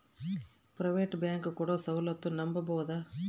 Private bank ಕೊಡೊ ಸೌಲತ್ತು ನಂಬಬೋದ?